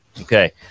Okay